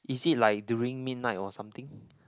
is it like during midnight or something